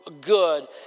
good